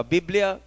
Biblia